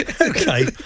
Okay